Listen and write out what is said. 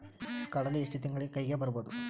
ಕಡಲಿ ಎಷ್ಟು ತಿಂಗಳಿಗೆ ಬೆಳೆ ಕೈಗೆ ಬರಬಹುದು?